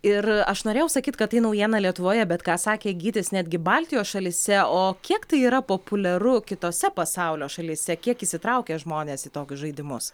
ir aš norėjau sakyt kad tai naujiena lietuvoje bet ką sakė gytis netgi baltijos šalyse o kiek tai yra populiaru kitose pasaulio šalyse kiek įsitraukia žmonės į tokius žaidimus